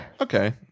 Okay